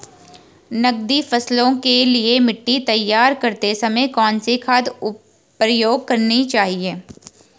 नकदी फसलों के लिए मिट्टी तैयार करते समय कौन सी खाद प्रयोग करनी चाहिए?